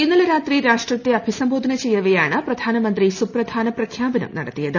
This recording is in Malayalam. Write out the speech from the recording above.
ഇന്നലെ രാത്രി രാഷ്ട്രത്തെ അഭിസംബോധന ചെയ്യവേയാണ് പ്രധാനമന്ത്രി സുപ്രധാന പ്രഖ്യാപനം നടത്തിയത്